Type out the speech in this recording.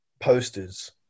posters